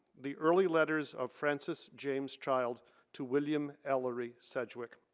the early letters of francis james child to william ellery sedgwick.